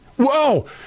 whoa